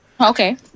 Okay